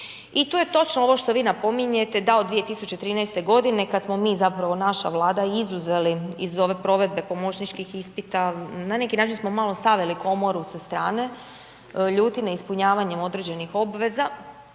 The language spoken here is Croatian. I to je točno ovo što vi napominjete da od 2013. godine kada smo mi zapravo naša vlada izuzeli iz ove provedbe pomoćničkih ispita, na neki način samo malo stavili komoru sa strane ljuti ne ispunjavanjem određenih obveza